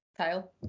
tail